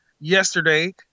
yesterday